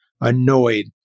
annoyed